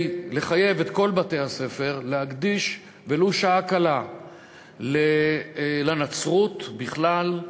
לחייב את כל בתי-הספר להקדיש ולו שעה קלה לנצרות בכלל,